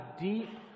deep